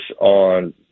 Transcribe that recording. on